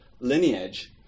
lineage